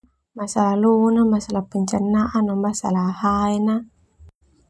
Masalah lona masalah pencernaan no masalah hahaena.